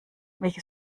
welche